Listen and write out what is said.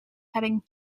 heading